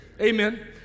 amen